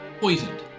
poisoned